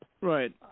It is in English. Right